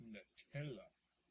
Nutella